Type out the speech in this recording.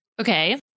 Okay